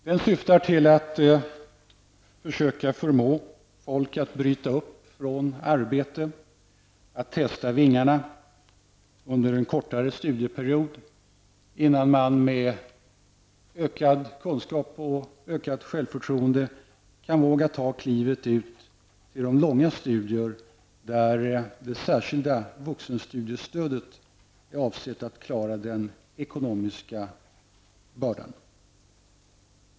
Den syftar till att försöka förmå folk att bryta upp från arbete, att testa sina vingar under en kortare studieperiod innan man med ökade kunskaper och ökat självförtroende vågar ta klivet ut till de längre studierna, där det särskilda vuxenstudiestödet är avsett att hjälpa till att klara den ekonomiska bördan.